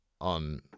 on